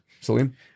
Salim